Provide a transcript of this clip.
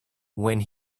when